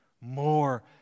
more